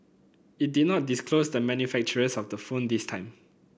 it did not disclose the manufacturers of the phones this time